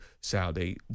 Saudi